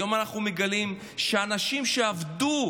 היום אנחנו מגלים שאנשים שעבדו,